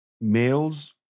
males